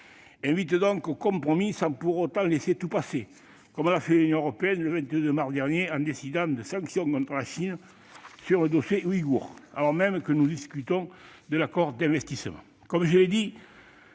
invite donc au compromis sans pour autant laisser tout passer. C'est ce que l'Union européenne a fait, le 22 mars dernier, en décidant de sanctions contre la Chine sur le dossier ouïghour, alors même que nous discutons de l'accord d'investissement. Comme je l'ai dit,